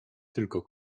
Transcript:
tylko